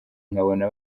nkabona